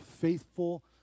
faithful